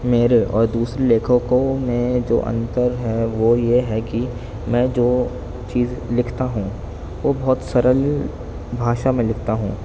میرے اور دوسرے لیکھکوں میں جو انتر ہے وہ یہ ہے کہ میں جو چیز لکھتا ہوں وہ بہت سرل بھاشا میں لکھتا ہوں